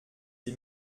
sie